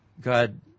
God